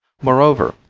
moreover,